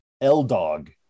L-Dog